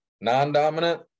Non-dominant